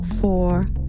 four